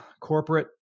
corporate